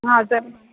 हा त